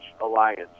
alliance